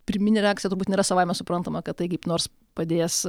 pirminė reakcija turbūt nėra savaime suprantama kad tai kaip nors padės